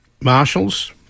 marshals